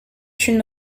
une